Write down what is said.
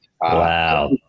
Wow